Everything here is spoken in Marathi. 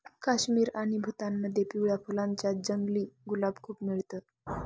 काश्मीर आणि भूतानमध्ये पिवळ्या फुलांच जंगली गुलाब खूप मिळत